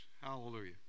Hallelujah